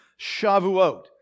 Shavuot